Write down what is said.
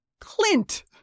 Clint